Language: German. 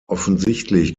offensichtlich